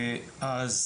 שנאמרו פה?